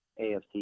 AFC